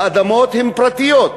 האדמות הן פרטיות,